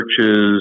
churches